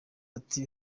ati